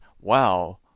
Wow